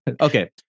Okay